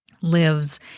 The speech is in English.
lives